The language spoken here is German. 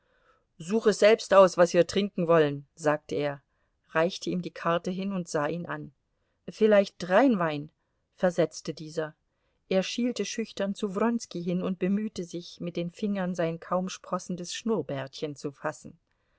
suche selbst aus was wir trinken wollen sagte er reichte ihm die karte hin und sah ihn an vielleicht rheinwein versetzte dieser er schielte schüchtern zu wronski hin und bemühte sich mit den fingern sein kaum sprossendes schnurrbärtchen zu fassen